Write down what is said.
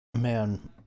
man